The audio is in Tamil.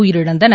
உயிரிழந்தனர்